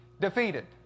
defeated